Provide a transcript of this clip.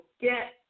get